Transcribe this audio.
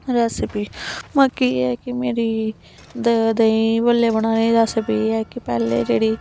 recipe बाकी एह् ऐ कि मेरी द देही पल्ले बनाने दी रैसिपी एह् ऐ कि पैह्ले जेह्ड़ी